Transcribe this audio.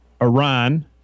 Iran